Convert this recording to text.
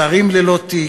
שרים ללא תיק,